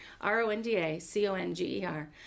R-O-N-D-A-C-O-N-G-E-R